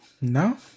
No